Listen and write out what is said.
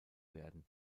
werden